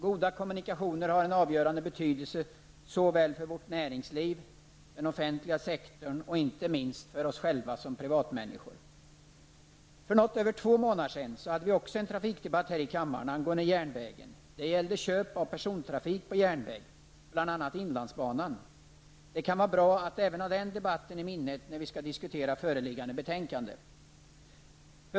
Goda kommunikationer har en avgörande betydelse för såväl vårt näringsliv som den offentliga sektorn och, inte minst, oss själva som privatmänniskor. För något över två månader sedan hade vi också en trafikdebatt här i kammaren angående järnvägen. inlandsbanan. Det kan vara bra att ha även den debatten i minnet när vi skall diskutera föreliggande betänkande.